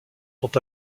sont